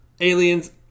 aliens